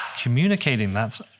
communicating—that's